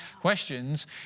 questions